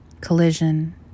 Collision